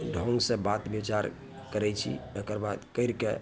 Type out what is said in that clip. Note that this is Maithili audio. ढङ्गसँ बात बिचार करैत छी एकर बाद करिके